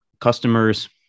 customers